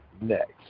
next